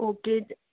okay